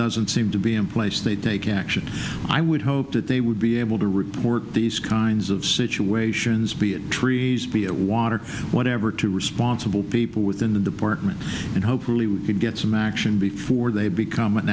doesn't seem to be in place they take action i would hope that they would be able to report these kinds of situations be it trees be a water whatever to responsible people within the department and hopefully we can get some action before they become an